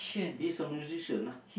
this a musician lah